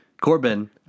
Corbin